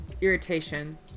irritation